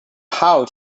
how